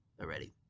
already